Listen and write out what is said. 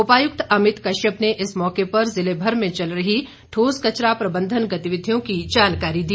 उपायुक्त अमित कश्यप ने इस मौके पर ज़िलेभर में चल रही ठोस कचरा प्रबंधन गतिविधियों की जानकारी दी